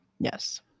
Yes